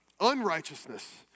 unrighteousness